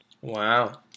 Wow